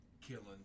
killing